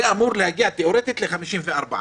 זה אמור להגיע תיאורטית ל-54.